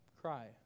cry